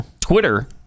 Twitter